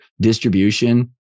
distribution